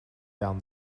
down